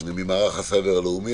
ממערך הסייבר הלאומי,